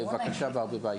בבקשה, ברביבאי.